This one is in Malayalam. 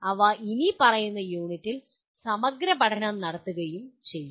അവ ഇനിപ്പറയുന്ന യൂണിറ്റിൽ സമഗ്രപഠനം നടത്തുകയും ചെയ്യും